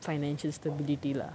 financial stability lah